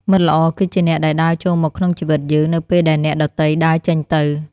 មិត្តល្អគឺជាអ្នកដែលដើរចូលមកក្នុងជីវិតយើង នៅពេលដែលអ្នកដទៃដើរចេញទៅ។